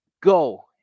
go